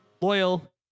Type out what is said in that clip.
loyal